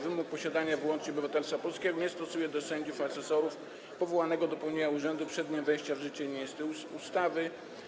Wymóg posiadania wyłącznie obywatelstwa polskiego nie stosuje do sędziów, asesorów, powołanego do pełnienia urzędu przed dniem wejścia w życie niniejszej ustawy.